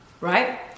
Right